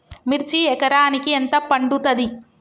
మిర్చి ఎకరానికి ఎంత పండుతది?